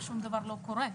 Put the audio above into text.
שום דבר לא קורה.